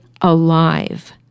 alive